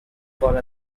for